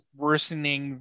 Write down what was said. worsening